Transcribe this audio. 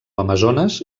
amazones